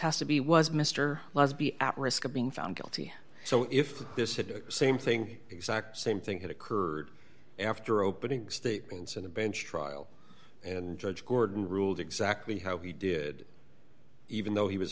has to be was mr laws be at risk of being found guilty so if this same thing exact same thing had occurred after opening statements in the bench trial and judge gordon ruled exactly how he did even though he was